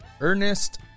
Ernest